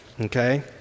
okay